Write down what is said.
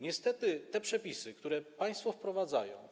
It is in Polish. Niestety te przepisy, które państwo wprowadzają.